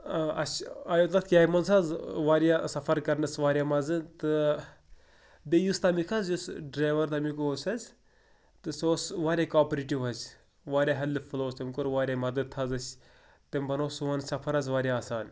اَسہِ آیو تَتھ کیبہِ منٛز حظ واریاہ سفر کرنَس واریاہ مَزٕ تہٕ بیٚیہِ یُس تَمیُک حظ یُس ڈرایوَر تَمیُک اوس حظ تہٕ سُہ اوس واریاہ کاپریٹِو حظ واریاہ ہیلٕپ فُل اوس تٔمۍ کوٚر واریاہ مدد حظ أسۍ تٔمۍ بَنو سون سفر حظ واریاہ آسان